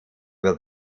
with